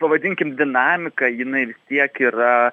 pavadinkim dinamika jinai vis tiek yra